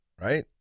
right